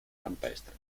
campestre